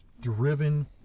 driven